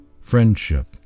friendship